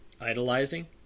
idolizing